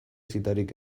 zitarik